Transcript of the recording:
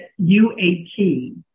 UAT